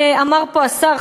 אמר פה השר,